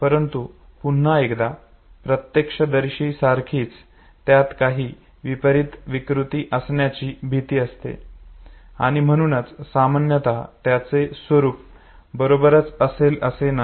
परंतु पुन्हा एकदा प्रत्यक्षदर्शीसारखीच त्यात काही विपरीत विकृती असण्याची भीती असते आणि म्हणूनच सामान्यत त्यांचे स्वरूप बरोबरच असेल असे नाही